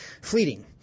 fleeting